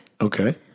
Okay